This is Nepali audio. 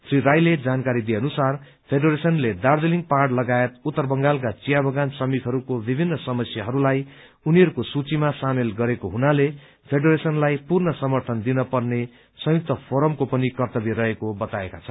श्री राईले जानकारी दिए अनुसार फेडरेश्वनले दार्जीलिङ पहाड़ लगायत उत्तर बंगालका चिया बगान श्रमिकहरूको विभिन्न समस्याहरूलाई उनीहरूको सूचीमा सामेल गरेको हुनाले फेडरेशनलाई पूर्ण समर्थन दिन पर्ने संयुक्त फोरमको पनि कर्त्तव्य रहेको बताएका छन्